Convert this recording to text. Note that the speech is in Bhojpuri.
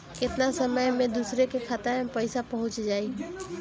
केतना समय मं दूसरे के खाता मे पईसा पहुंच जाई?